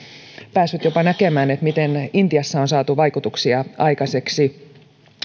pääsyt jopa näkemään miten intiassa on saatu vaikutuksia aikaiseksi